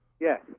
Yes